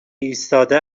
ایستاده